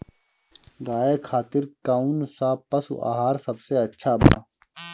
गाय खातिर कउन सा पशु आहार सबसे अच्छा बा?